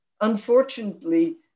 Unfortunately